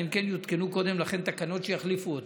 אלא אם כן יותקנו קודם לכן תקנות שיחליפו אותם.